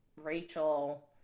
Rachel